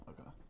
okay